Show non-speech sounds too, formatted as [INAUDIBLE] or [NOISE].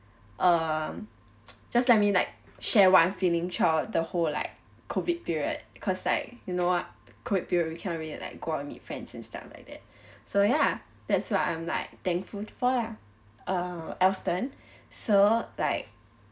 um just like me like share one feeling throughout the whole like COVID period cause like you know what COVID period we cannot really like go out and meet friends and stuff like that [BREATH] so ya that's why I'm like thankful for lah uh aston so like